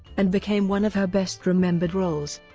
and became one of her best remembered roles.